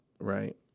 right